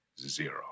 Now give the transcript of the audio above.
zero